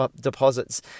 deposits